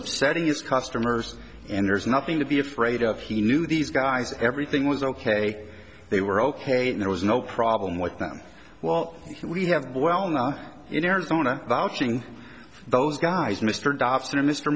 upsetting his customers and there's nothing to be afraid of he knew these guys everything was ok they were ok and there was no problem with them well we have well known in arizona vouching those guys mr dobson or mr